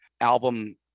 album